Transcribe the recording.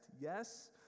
Yes